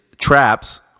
traps